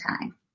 time